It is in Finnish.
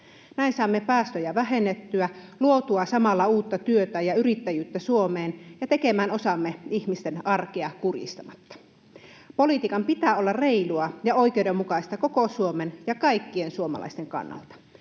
Näin saamme päästöjä vähennettyä, luotua samalla uutta työtä ja yrittäjyyttä Suomeen ja tehtyä osamme ihmisten arkea kurjistamatta. Politiikan pitää olla reilua ja oikeudenmukaista koko Suomen ja kaikkien suomalaisten kannalta.